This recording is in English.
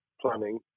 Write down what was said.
planning